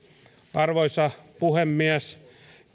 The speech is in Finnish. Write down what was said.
arvoisa puhemies